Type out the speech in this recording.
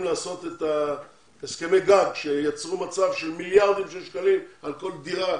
לעשות הסכמי גג שייצרו מצב של מיליארדי שקלים על כל דירה,